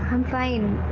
i'm fine.